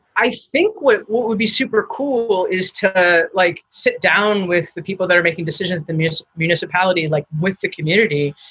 i think what what would be super cool is to like sit down with the people that are making decisions, the municipality like with the community,